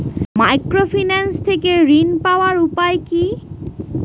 Microfinance থেকে ঋণ পাওয়ার উপায় কি?